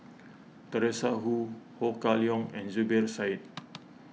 Teresa Hsu Ho Kah Leong and Zubir Said